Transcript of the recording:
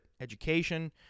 education